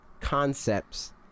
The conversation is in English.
concepts